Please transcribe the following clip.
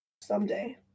Someday